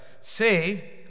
Say